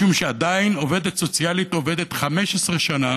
משום שעדיין עובדת סוציאלית עובדת 15 שנה